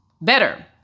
better